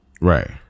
Right